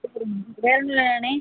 வேறு ஒன்றும் இல்லையில்லண்ணே